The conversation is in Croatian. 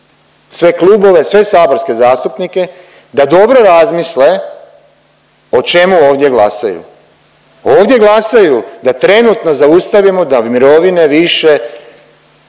sve klubove, sve saborske zastupnike da dobro razmisle o čemu ovdje glasaju. Ovdje glasaju da trenutno zaustavimo da mirovine više,